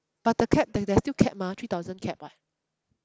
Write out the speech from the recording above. but the cap like there's still cap mah three thousand cap [what]